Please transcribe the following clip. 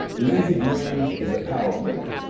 lindsey graham is a power player.